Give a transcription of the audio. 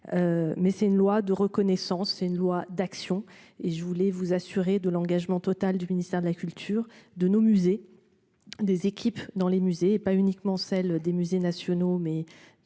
Mais c'est une loi de reconnaissance. C'est une loi d'action et je voulais vous assurer de l'engagement total du ministère de la culture de nos musées. Des équipes dans les musées et pas uniquement celle des musées nationaux, mais